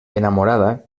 enamorada